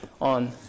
on